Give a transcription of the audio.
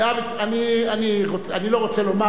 119. אני לא רוצה לומר,